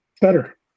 better